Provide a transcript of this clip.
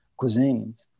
cuisines